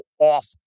off